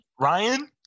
Ryan